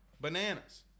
Bananas